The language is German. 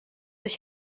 sich